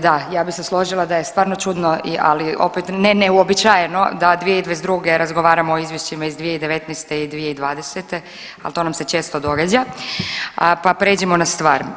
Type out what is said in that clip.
Da, ja bih se složila da je stvarno čudno, ali opet ne neuobičajeno da 2022. razgovaramo o izvješćima iz 2019. i 2020., ali to nam se često događa pa pređimo na stvar.